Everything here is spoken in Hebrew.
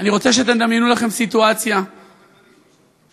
אני רוצה שתדמיינו לכם סיטואציה שילד,